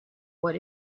what